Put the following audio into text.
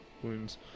wounds